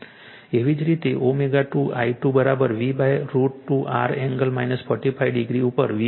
એવી જ રીતે ω2 I2 V√ 2 R angle 45 degree ઉપર